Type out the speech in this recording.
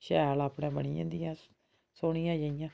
शैल अपने बनी जंदिया सोह्नियां जेहियां